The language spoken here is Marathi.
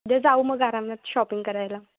उद्या जाऊ मग आरामात शॉपिंग करायला